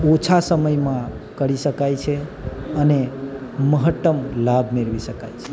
ઓછા સમયમાં કરી શકાય છે અને મહત્તમ લાભ મેળવી શકાય છે